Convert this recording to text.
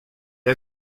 est